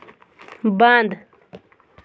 بنٛد